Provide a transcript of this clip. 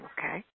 Okay